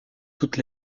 toutes